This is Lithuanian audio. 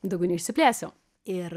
daugiau neišsiplėsiu ir